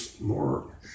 more